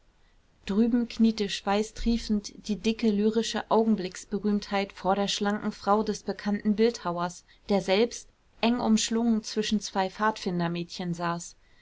drüben kniete schweißtriefend die dicke lyrische augenblicksberühmtheit vor der schlanken frau des bekannten bildhauers der selbst eng umschlungen zwischen zwei pfadfindermädchen saß